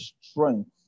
strength